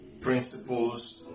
principles